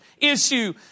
issue